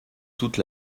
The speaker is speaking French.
toute